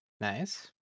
Nice